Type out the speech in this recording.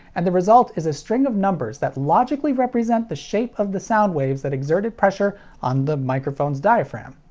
and the result is a string of numbers that logically represent the shape of the sound waves that exerted pressure on the microphone's diagram.